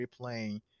replaying